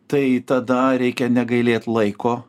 tai tada reikia negailėt laiko